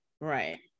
Right